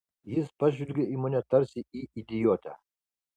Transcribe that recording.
jis pažvelgė į mane tarsi į idiotę